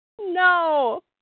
No